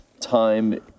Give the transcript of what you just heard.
time